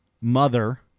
mother